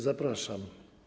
Zapraszam.